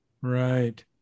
Right